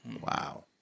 Wow